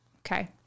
Okay